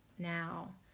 now